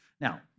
Now